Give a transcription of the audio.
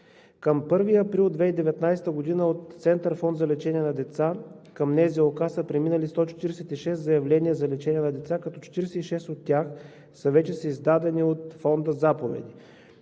към 1 април 2019 г. от Център „Фонд за лечение на деца“ към НЗОК са преминали 146 заявления за лечение на деца, като 46 от тях са вече с издадени от Фонда заповеди.